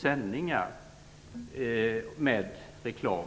sändningar med reklam.